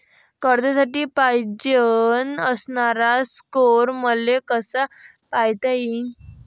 कर्जासाठी पायजेन असणारा स्कोर मले कसा पायता येईन?